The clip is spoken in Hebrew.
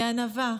בענווה,